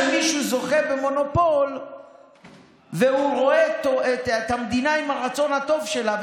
כשמישהו זוכה במונופול והוא רואה את המדינה עם הרצון הטוב שלה,